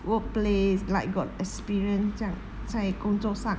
workplace like got experience 这样在工作上